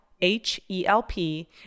H-E-L-P